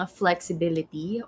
flexibility